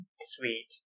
sweet